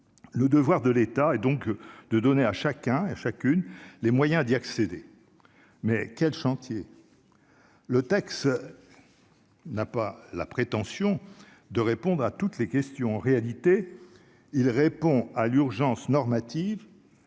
le devoir de l'État et donc de donner à chacun et chacune, les moyens d'y accéder, mais quel chantier, le texte n'a pas la prétention de répondre à toutes les questions, en réalité, il répond à l'urgence normative